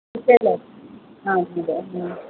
യുക്കേയിൽ ആ ഉണ്ട് ആ